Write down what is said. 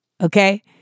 Okay